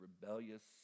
rebellious